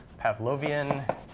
Pavlovian